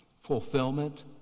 fulfillment